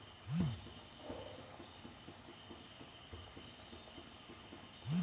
ನನಗೆ ಐವತ್ತು ಸಾವಿರ ಫಿಕ್ಸೆಡ್ ಅಮೌಂಟ್ ಇಡ್ಲಿಕ್ಕೆ ಉಂಟು ಅದ್ರ ಡೀಟೇಲ್ಸ್ ಎಲ್ಲಾ ಹೇಳ್ತೀರಾ?